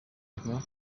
nyuma